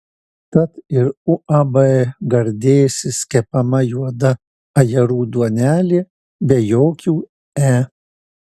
tad ir uab gardėsis kepama juoda ajerų duonelė be jokių e